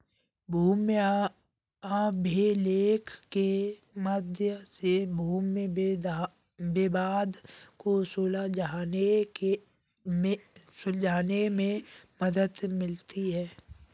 भूमि अभिलेख के मध्य से भूमि विवाद को सुलझाने में मदद मिलती है